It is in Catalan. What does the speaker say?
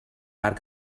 arc